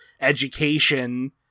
Education